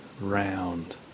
round